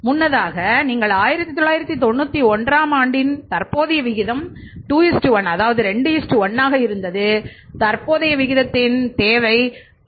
முன்னதாக நீங்கள் 1991 ஆம் ஆண்டின் தற்போதைய விகிதம் 2 1 ஆக இருந்தது தற்போதைய விகிதத்தின் தேவை 2 1 ஆகும்